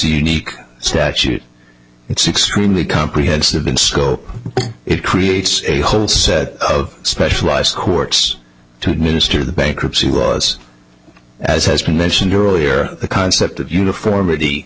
siddique statute it's extremely comprehensive in scope it creates a whole set of specialized quirks to administer the bankruptcy was as has been mentioned earlier the concept of uniformity